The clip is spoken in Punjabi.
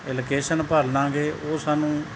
ਲਕੇਸ਼ਨ ਭਰ ਲਵਾਂਗੇ ਉਹ ਸਾਨੂੰ